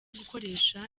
bakoresha